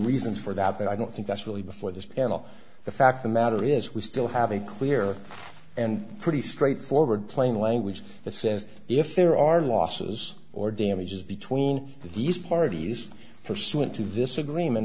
reasons for that but i don't think that's really before this panel the fact the matter is we still have a clear and pretty straightforward plain language that says if there are losses or damages between these parties pursuant to this agreement